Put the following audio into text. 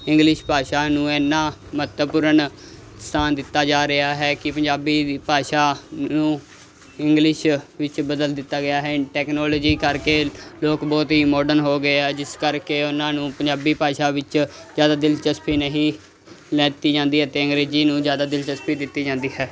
English ਭਾਸ਼ਾ ਨੂੰ ਇੰਨਾਂ ਮਹੱਤਵਪੂਰਨ ਸਥਾਨ ਦਿੱਤਾ ਜਾ ਰਿਹਾ ਹੈ ਕਿ ਪੰਜਾਬੀ ਵੀ ਭਾਸ਼ਾ ਨੂੰ ਇੰਗਲਿਸ਼ ਵਿੱਚ ਬਦਲ ਦਿੱਤਾ ਗਿਆ ਹੈ ਇੰ ਟੈਕਨੋਲੋਜੀ ਕਰਕੇ ਲੋਕ ਬਹੁਤ ਹੀ ਮਾਡਰਨ ਹੋ ਗਏ ਆ ਜਿਸ ਕਰਕੇ ਉਹਨਾਂ ਨੂੰ ਪੰਜਾਬੀ ਭਾਸ਼ਾ ਵਿੱਚ ਜ਼ਿਆਦਾ ਦਿਲਚਸਪੀ ਨਹੀਂ ਲੈਤੀ ਜਾਂਦੀ ਅਤੇ ਅੰਗਰੇਜ਼ੀ ਨੂੰ ਜ਼ਿਆਦਾ ਦਿਲਚਸਪੀ ਦਿੱਤੀ ਜਾਂਦੀ ਹੈ